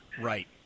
right